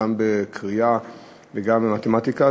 גם בקריאה וגם במתמטיקה,